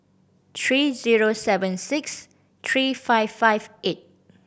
three zero seven six three five five eight